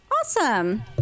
Awesome